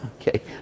Okay